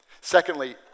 Secondly